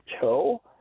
toe